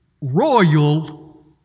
royal